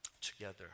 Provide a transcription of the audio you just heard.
together